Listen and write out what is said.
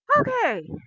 Okay